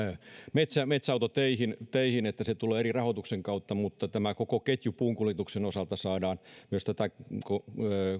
metsäautoteihin se tulee eri rahoituksen kautta mutta tätä koko ketjua puunkuljetuksen osalta saadaan myös